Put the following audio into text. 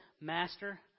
Master